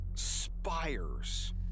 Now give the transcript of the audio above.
spires